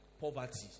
Poverty